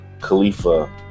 khalifa